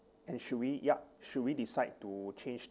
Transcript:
and should we yup should we decide to change